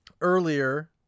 Earlier